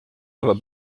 aber